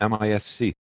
MISC